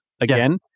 again